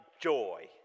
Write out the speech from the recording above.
joy